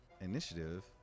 initiative